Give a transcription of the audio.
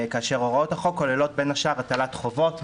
כאשר הוראות החוק כוללות בין השאר הטלת חובות,